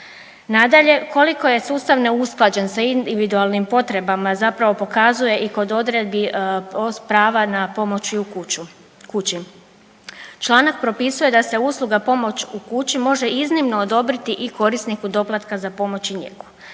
Nadalje, koliko je sustav neusklađen sa individualnim potrebama zapravo pokazuje i kod odredbi prava na pomoć i u kući. Članak propisuje da se usluga pomoć u kući može iznimno odobriti i korisniku doplatka za pomoć i njegu.